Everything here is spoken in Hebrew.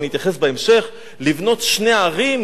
ואתייחס בהמשך: לבנות שתי ערים,